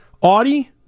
Audi